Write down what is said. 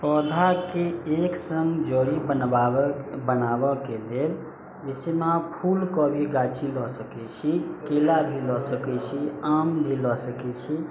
पौधाके एक सन जड़ी बनबाबै बनाबैके लेल जैसेमे अहाँ फूलके भी गाछी लअ सकै छी केला भी लअ सकै छी आम भी लअ सकै छी